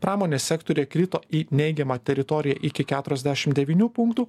pramonės sektoriuje krito į neigiamą teritoriją iki keturiasdešim devynių punktų